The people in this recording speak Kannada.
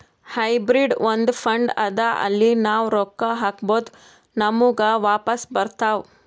ಹೈಬ್ರಿಡ್ ಒಂದ್ ಫಂಡ್ ಅದಾ ಅಲ್ಲಿ ನಾವ್ ರೊಕ್ಕಾ ಹಾಕ್ಬೋದ್ ನಮುಗ ವಾಪಸ್ ಬರ್ತಾವ್